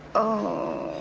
oh,